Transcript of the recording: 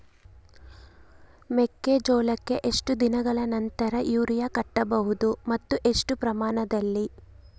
ಮೆಕ್ಕೆಜೋಳಕ್ಕೆ ಎಷ್ಟು ದಿನಗಳ ನಂತರ ಯೂರಿಯಾ ಕೊಡಬಹುದು ಮತ್ತು ಎಷ್ಟು ಪ್ರಮಾಣದಲ್ಲಿ?